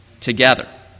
together